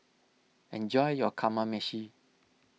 enjoy your Kamameshi